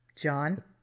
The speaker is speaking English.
John